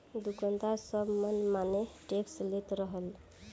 दुकानदार सब मन माना टैक्स लेत रहले